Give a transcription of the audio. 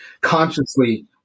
consciously